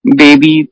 baby